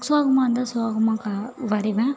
சோகமாக இருந்தால் சோகமாக கா வரைவேன்